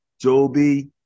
Joby